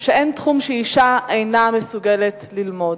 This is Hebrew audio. שאין תחום שאשה אינה מסוגלת ללמוד,